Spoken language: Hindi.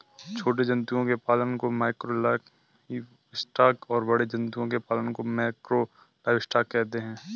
छोटे जंतुओं के पालन को माइक्रो लाइवस्टॉक और बड़े जंतुओं के पालन को मैकरो लाइवस्टॉक कहते है